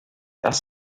das